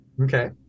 okay